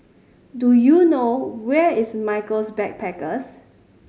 do you know where is Michaels Backpackers